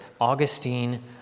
Augustine